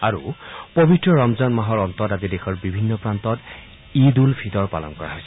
আৰু পৱিত্ৰ ৰমজান মাহৰ অন্তত আজি দেশৰ বিভিন্ন প্ৰান্তত ঈদ উল ফিটৰ পালন কৰা হৈছে